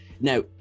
Now